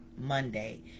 Monday